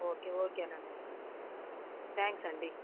okay ఓకేనండి thanks అండి